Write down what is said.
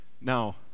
Now